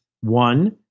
One